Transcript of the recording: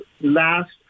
last